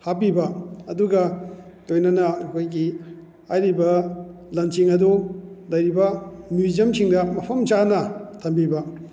ꯍꯥꯞꯄꯤꯕ ꯑꯗꯨꯒ ꯂꯣꯏꯅꯅ ꯑꯩꯈꯣꯏꯒꯤ ꯍꯥꯏꯔꯤꯕ ꯂꯟꯁꯤꯡ ꯑꯗꯨ ꯂꯩꯔꯤꯕ ꯃ꯭ꯌꯨꯖꯤꯌꯝꯁꯤꯡꯗ ꯃꯐꯝ ꯆꯥꯅ ꯊꯝꯕꯤꯕ